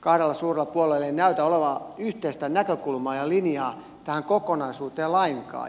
kahdella suurella puolueella ei näytä olevan yhteistä näkökulmaa ja linjaa tähän kokonaisuuteen lainkaan